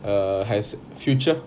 err has future